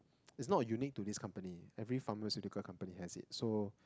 is not unique to this company every pharmaceutical company has it so